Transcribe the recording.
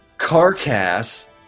Carcass